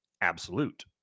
absolute